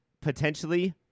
potentially